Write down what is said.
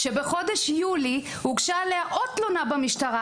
בחודש יולי הוגשה עליה עוד תלונה במשטרה,